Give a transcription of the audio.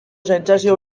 sentsazio